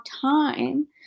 time